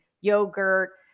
yogurt